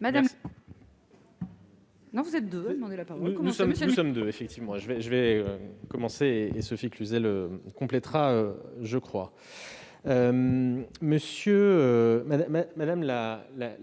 Madame la